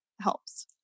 helps